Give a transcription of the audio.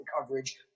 coverage